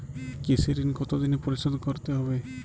কৃষি ঋণ কতোদিনে পরিশোধ করতে হবে?